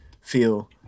feel